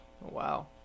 Wow